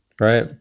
right